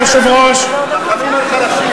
חזקים על חלשים.